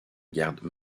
garde